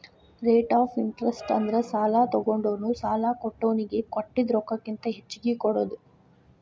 rate of interest ಅಂದ್ರ ಸಾಲಾ ತೊಗೊಂಡೋನು ಸಾಲಾ ಕೊಟ್ಟೋನಿಗಿ ಕೊಟ್ಟಿದ್ ರೊಕ್ಕಕ್ಕಿಂತ ಹೆಚ್ಚಿಗಿ ಕೊಡೋದ್